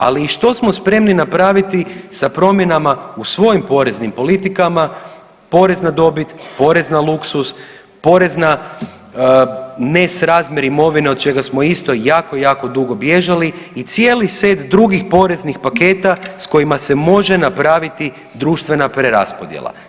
Ali i što smo spremni napraviti sa promjenama u svojim poreznim politikama, porez na dobit, porez na luksuz, porez na nesrazmjer imovine od čega smo isto jako, jako dugo bježali i cijeli set drugih poreznih paketa s kojima se može napraviti društvena preraspodjela.